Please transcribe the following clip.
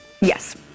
Yes